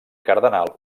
cardenal